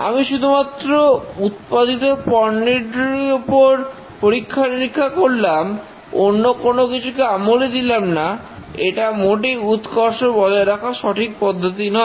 আমি শুধুমাত্র উৎপাদিত পণ্যটির উপর পরীক্ষা নিরীক্ষা করলাম অন্য কোন কিছুকে আমলই দিলাম না এটা মোটেই উৎকর্ষ বজায় রাখার সঠিক পদ্ধতি নয়